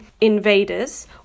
invaders